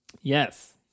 Yes